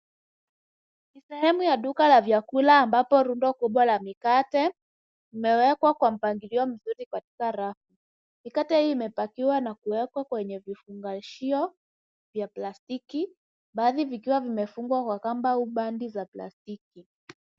Sehemu ya duka la vyakula ambapo rundo kubwa la mikate limewekwa kwa mpangilio mzuri katika rafu. Mikate hii imepakiwa na kuwekwa kwenye vifungashio vya plastiki, baadhi vikiwa vimefungwa kwa kamba au bandi za plastiki.